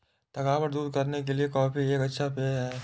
थकावट दूर करने के लिए कॉफी एक अच्छा पेय है